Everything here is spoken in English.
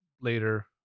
later